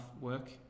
work